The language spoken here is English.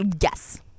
Yes